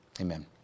Amen